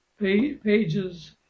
pages